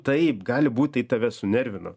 taip gali būt tai tave sunervino